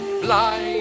fly